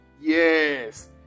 Yes